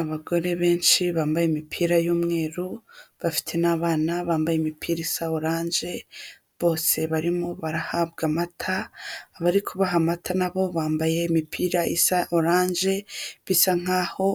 Abagore benshi bambaye imipira y'umweru bafite n'abana bambaye imipira isa oranje, bose barimo barahabwa amata, abari kubaha amata na bo bambaye imipira isa oranje, bisa nk'aho